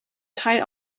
teil